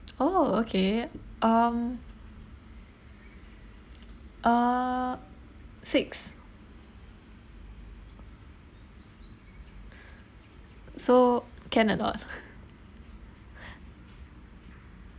oh okay um uh six so can or not